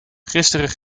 gisteren